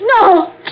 No